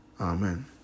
Amen